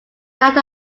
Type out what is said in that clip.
that